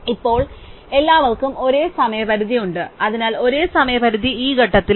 ഇപ്പോൾ എല്ലാവർക്കും ഒരേ സമയപരിധി ഉണ്ട് അതിനാൽ ഒരേ സമയപരിധി ഈ ഘട്ടത്തിലാണ്